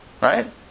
right